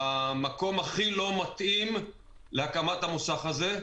במקום הכי לא מתאים להקמת המוסך הזה.